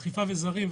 אכיפה וזרים,